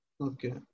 Okay